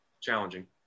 challenging